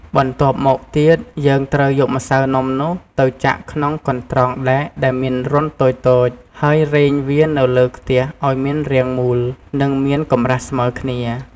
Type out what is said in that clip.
បន្ទាប់មកទៀត យើងត្រូវយកម្សៅនំនោះ ទៅចាក់ក្នុងកន្រ្តងដែកដែលមានរន្ធតូចៗ ហើយរែងវានៅលើខ្ទះឱ្យមានរាងមូល និងមានកម្រាស់ស្មើគ្នា។